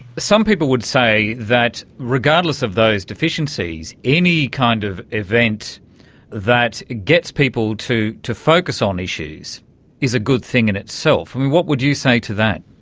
some people would say that regardless of those deficiencies, any kind of event that gets people to to focus on issues is a good thing in itself. what would you say to that?